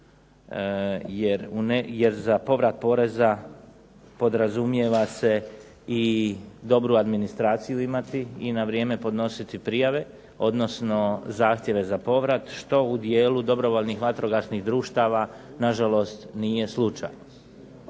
jer za povrat poreza podrazumijeva se i dobru administraciju imati i na vrijeme podnositi prijave odnosno zahtjeve za povrat, što u dijelu dobrovoljnih vatrogasnih društava nažalost nije slučaj.